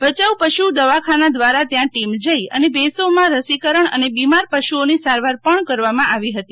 ભચાઉ પશુ દવાખાના દ્વારા ત્યાં ટીમ જઈ અને ભેંસોમાં રસીકરણ અને બિમાર પશુઓની સારવાર પણ કરવામાં આવી હતી